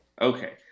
okay